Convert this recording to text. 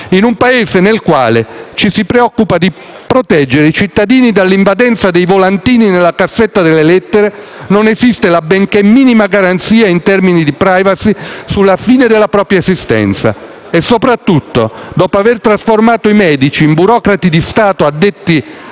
In un Paese nel quale ci si preoccupa di proteggere i cittadini dall'invadenza dei volantini nella cassetta delle lettere, non esiste la benché minima garanzia in termini di *privacy* sulla fine della propria esistenza. E soprattutto, dopo aver trasformato i medici in burocrati di Stato addetti